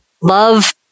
love